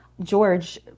George